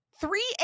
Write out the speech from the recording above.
three